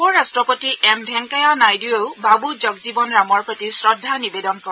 উপৰাট্টপতি এম ভেংকায়া নাইডুৱেও বাবু জগজীৱন ৰামৰ প্ৰতি শ্ৰদ্ধা নিবেদন কৰে